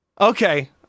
Okay